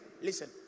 listen